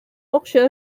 акча